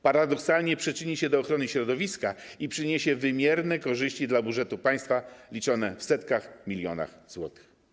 Paradoksalnie przyczyni się do ochrony środowiska i przyniesie wymierne korzyści dla budżetu państwa liczone w setkach milionów złotych.